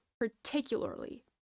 particularly